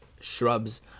shrubs